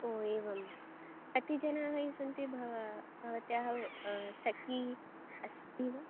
ओ एवं कति जनाः ये सन्ति भव भवत्याः सखी अस्ति वा